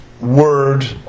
word